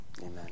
Amen